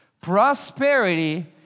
Prosperity